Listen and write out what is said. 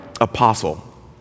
apostle